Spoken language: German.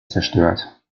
zerstört